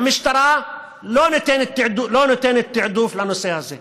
שהמשטרה לא נותנת תעדוף לנושא הזה,